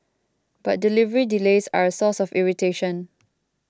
but delivery delays are a source of irritation